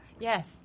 Yes